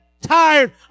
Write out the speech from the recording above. tired